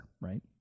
right